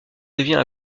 devient